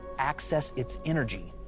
access its energy.